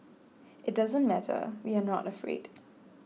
it doesn't matter we are not afraid